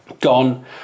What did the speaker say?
gone